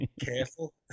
careful